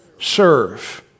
Serve